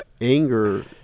anger